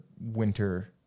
winter